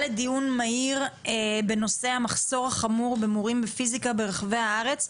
לדיון מהיר בנושא המחסור החמור במורים לפיזיקה ברחבי הארץ,